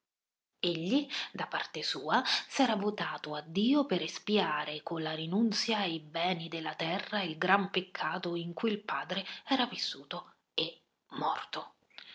egli da parte sua s'era votato a dio per espiare con la rinunzia ai beni della terra il gran peccato in cui il padre era vissuto e morto